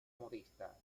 modesta